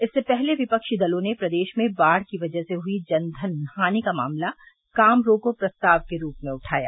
इससे पहले विपक्षी दलों ने प्रदेश में बाढ़ की वजह से हुई जनधन हानि का मामला काम रोको प्रस्ताव के रूप में उठाया